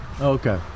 Okay